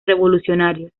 revolucionarios